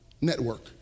network